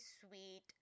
sweet